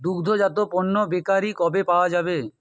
দুগ্ধজাত পণ্য বেকারি কবে পাওয়া যাবে